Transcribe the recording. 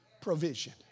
provision